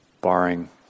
Barring